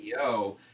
CEO